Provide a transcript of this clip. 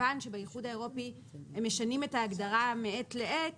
כיוון שבאיחוד האירופי הם משנים את ההגדרה מעת לעת